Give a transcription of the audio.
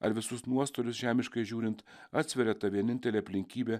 ar visus nuostolius žemiškai žiūrint atsveria ta vienintelė aplinkybė